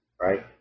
right